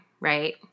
Right